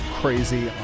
crazy